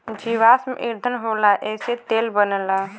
जीवाश्म ईधन होला एसे तेल बनला